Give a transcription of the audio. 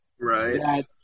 Right